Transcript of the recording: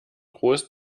groß